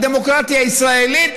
הדמוקרטיה הישראלית,